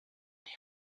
n’ai